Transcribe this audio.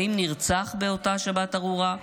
האם נרצח באותה שבת ארורה?